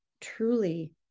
truly